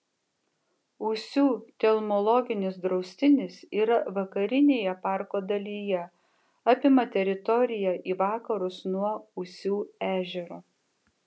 ūsių telmologinis draustinis yra vakarinėje parko dalyje apima teritoriją į vakarus nuo ūsių ežero